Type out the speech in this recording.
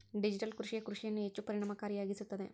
digital ಕೃಷಿಯೇ ಕೃಷಿಯನ್ನು ಹೆಚ್ಚು ಪರಿಣಾಮಕಾರಿಯಾಗಿಸುತ್ತದೆ